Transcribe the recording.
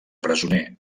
presoner